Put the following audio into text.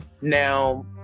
Now